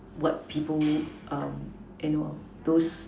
what people you know those